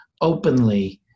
openly